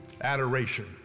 Adoration